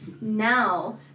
now